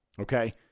Okay